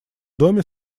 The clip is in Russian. доме